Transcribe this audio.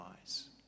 eyes